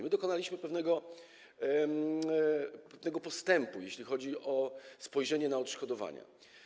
My dokonaliśmy pewnego postępu, jeśli chodzi o spojrzenie na odszkodowania.